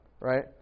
right